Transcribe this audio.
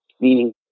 meaning